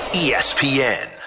espn